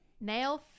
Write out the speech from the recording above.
Nail